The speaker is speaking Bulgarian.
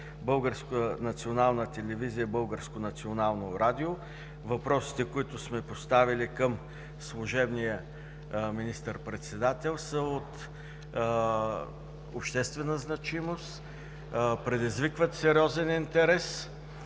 Българската национална телевизия и Българското национално радио. Въпросите, които сме поставили към служебния министър-председател, са от обществена значимост и предизвикват сериозен интерес.